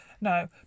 no